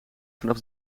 vanaf